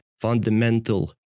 fundamental